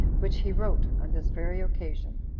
which he wrote on this very occasion.